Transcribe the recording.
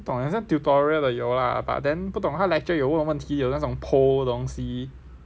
不懂 eh 好像 tutorial 的有啊 but then 不懂他 lecture 有问问题的那种 poll 的东西